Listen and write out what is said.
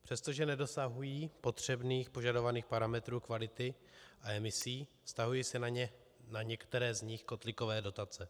Přestože nedosahují potřebných požadovaných parametrů kvality a emisí, vztahují se na ně, na některé z nich, kotlíkové dotace.